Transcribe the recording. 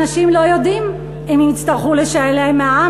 אנשים לא יודעים אם הם יצטרכו לשלם מע"מ,